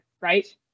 right